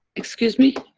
excuse me?